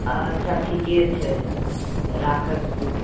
अच्छा ठीके छै राखय छी